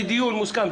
זה דיון מוסכם.